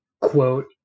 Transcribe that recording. quote